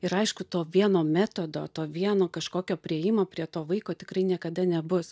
ir aišku to vieno metodo to vieno kažkokio priėjimo prie to vaiko tikrai niekada nebus